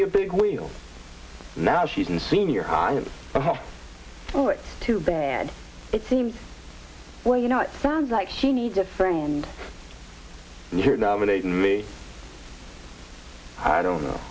be a big wheel now she's in senior high school it's too bad it seems well you know it sounds like she needs a friend here nominate me i don't know